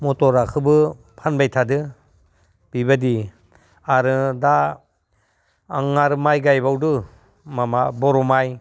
मथरखौबो फानबाय थादों बेबायदि आरो दा आं आरो माइ गायबावदों माबा बर' माइ